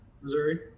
Missouri